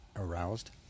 Aroused